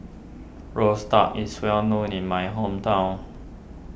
Roasted Duck is well known in my hometown